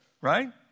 right